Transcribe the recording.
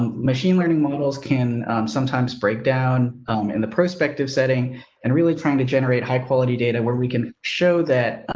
machine learning models can sometimes break down in the prospective setting and really trying to generate high quality data where we can show that,